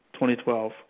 2012